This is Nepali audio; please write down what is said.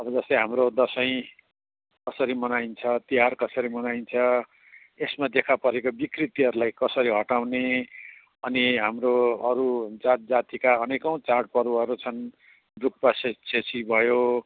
अब जस्तै हाम्रो दसैँ कसरी मनाइन्छ तिहार कसरी मनाइन्छ यसमा देखापरेको विकृतिहरूलाई कसरी हटाउने अनि हाम्रो अरू जातजातिका अनेकौँ चाडपर्वहरू छन् डुक्पासेछेसी भयो